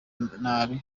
nabi